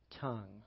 tongue